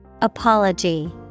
Apology